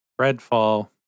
Redfall